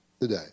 today